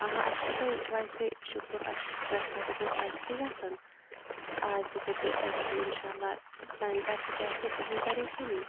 آ اَسہِ چھو تۄہہِ ویسے شُکُر اَسہِ چھُ پرٛٮ۪تھ ساتہٕ ییٚتنَس عزتھٕے گَژھان تہٕ آز تہٕ کٔرۍ زیٚو عزتھٕے اِنشا اللہ سانہٕ طَرفہٕ تہِ آسنہٕ کِہِیٖنۍ پَرہشانی